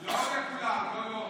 לא לכולם.